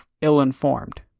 ill-informed